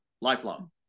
Lifelong